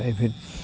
private